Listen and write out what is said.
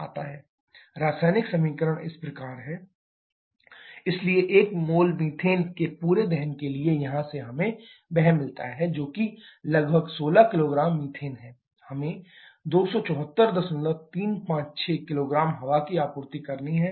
रासायनिक समीकरण इस प्रकार है 1 kmol of CH4 → 124×1 16 kg Air → 232 376 × 28 2745 इसलिए 1 मोल मीथेन के पूरे दहन के लिएयहां से हमें वह मिलता है जो कि लगभग 16 किलोग्राम मीथेन है हमें 274356 किलोग्राम हवा की आपूर्ति करनी है